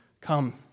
come